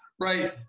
Right